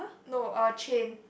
no uh chain